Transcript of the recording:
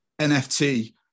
NFT